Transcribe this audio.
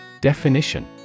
Definition